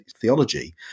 theology